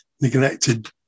neglected